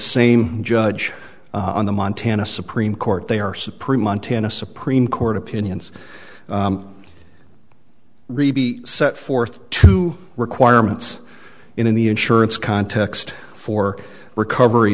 same judge on the montana supreme court they are supreme montana supreme court opinions reby set forth two requirements in the insurance context for recovery